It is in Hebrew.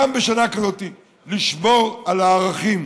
גם בשנה כזאת, לשמור על הערכים.